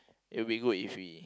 it will be good if we